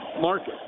market